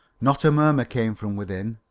not a murmur came from within,